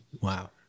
wow